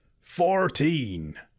Fourteen